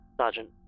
Sergeant